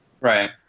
Right